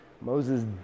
Moses